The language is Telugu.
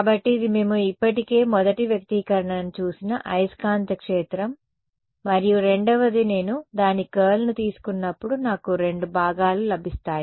కాబట్టి ఇది మేము ఇప్పటికే మొదటి వ్యక్తీకరణను చూసిన అయస్కాంత క్షేత్రం మరియు రెండవది నేను దాని కర్ల్ను తీసుకున్నప్పుడు నాకు రెండు భాగాలు లభిస్తాయి